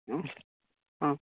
ହଁ ହଁ